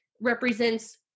represents